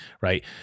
right